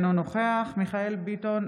אינו נוכח מיכאל מרדכי ביטון,